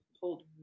hold